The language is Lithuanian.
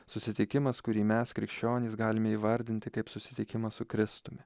susitikimas kurį mes krikščionys galime įvardinti kaip susitikimą su kristumi